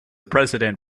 precedent